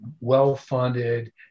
well-funded